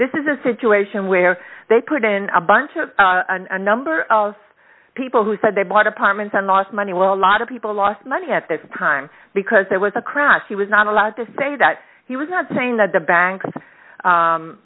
this is a situation where they put in a bunch of a number of people who said they bought apartments and lost money well lot of people lost money at that time because there was a crash he was not allowed to say that he was not saying that the banks